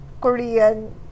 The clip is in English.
Korean